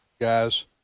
guys